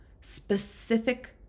specific